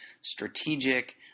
strategic